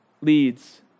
leads